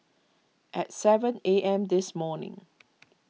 at seven A M this morning